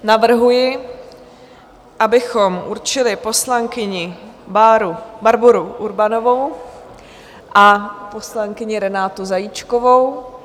Navrhuji, abychom určili poslankyni Barboru Urbanovou a poslankyni Renátu Zajíčkovou.